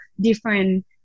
different